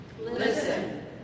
Listen